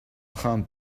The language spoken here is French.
train